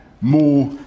more